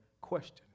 question